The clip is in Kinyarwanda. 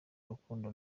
rukundo